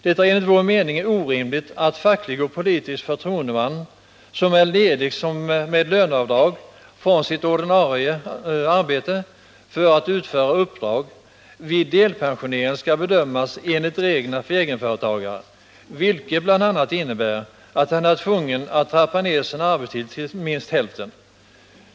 Det är enligt vår mening orimligt att facklig och politisk förtroendeman som är ledig med löneavdrag från sitt ordinarie arbete för att utföra uppdrag vid delpensionering skall bedömas enligt reglerna för egenföretagare, vilket bl.a. innebär att han är tvungen att trappa ner sin arbetstid till minst hälften.